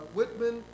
Whitman